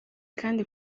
kandi